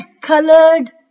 colored